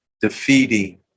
defeating